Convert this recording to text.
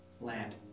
land